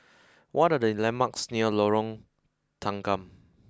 what are the landmarks near Lorong Tanggam